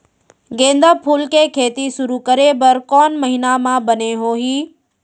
गेंदा फूल के खेती शुरू करे बर कौन महीना मा बने होही?